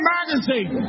Magazine